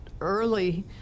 early